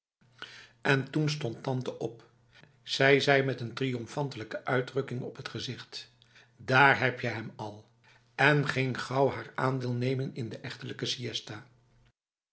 en toen stond tante op zij zei met een triomfantelijke uitdrukking op het gezicht daar heb je hem al en ging gauw haar aandeel nemen in de echtelijke siësta